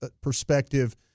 perspective